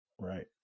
right